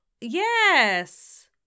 yes